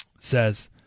says